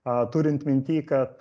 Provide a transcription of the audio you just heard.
a turint minty kad